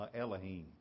Elohim